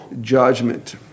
judgment